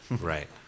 Right